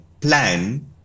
plan